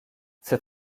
ses